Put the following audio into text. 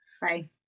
Bye